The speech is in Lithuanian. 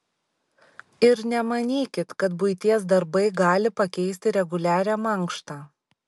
ir nemanykit kad buities darbai gali pakeisti reguliarią mankštą